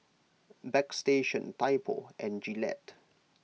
Bagstationz Typo and Gillette